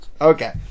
Okay